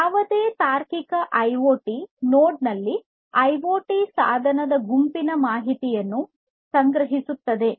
ಯಾವುದೇ logical IoT node ನಲ್ಲಿ IoT ಸಾಧನಗಳ ಗುಂಪಿನ ಮಾಹಿತಿಯನ್ನು ಸಂಗ್ರಹಿಸುತ್ತದೆ